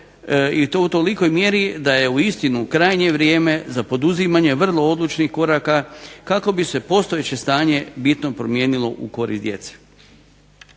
i to u tolikoj mjeri da je uistinu krajnje vrijeme za poduzimanje vrlo odlučnih koraka kako bi se postojeće stanje bitno promijenilo u korist djece.